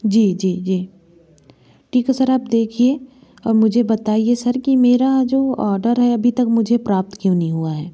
जी जी जी ठीक है सर आप देखिए और मुझे बताइए सर की मेरा जो आर्डर है अभी तक मुझे प्राप्त क्यों नहीं हुआ है